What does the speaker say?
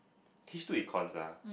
H two Econs ah